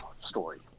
story